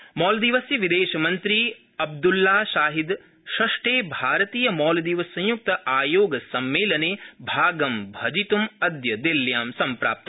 भारत मॉलदीव मॉलदीवस्य विदेशमन्त्री अब्दुल्ला शाहिद षष्ठे भारतीय मॉलदीव संयुक्त आयोग सम्मेलने भागं भजितुमद्य दिल्ल्यां सम्प्राप्त